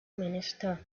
minister